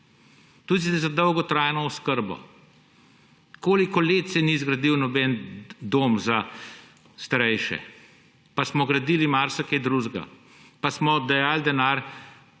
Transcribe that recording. Tudi za dolgotrajno oskrbo. Koliko let se ni zgradilo nobenega doma za starejše? Pa smo gradili marsikaj drugega pa smo dajali denar